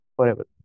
forever